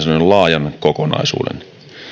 laajan kokonaisuuden